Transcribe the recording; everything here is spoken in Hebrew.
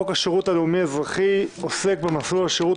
חוק השירות הלאומי-האזרחי עוסק במסלול השירות